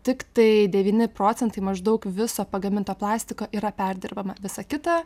tiktai devyni procentai maždaug viso pagaminto plastiko yra perdirbama visa kita